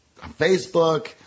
Facebook